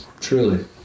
truly